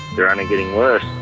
they're only getting worse.